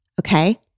Okay